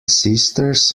sisters